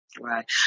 right